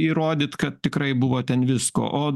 įrodyt kad tikrai buvo ten visko o